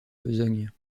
besogne